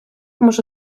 може